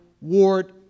ward